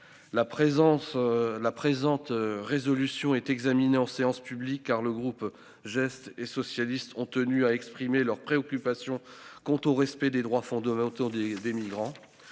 la présente résolution est examinée en séance publique, car le groupe geste et socialistes ont tenu à exprimer leur préoccupation quant au respect des droits font demain autour des des migrants.